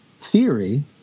theory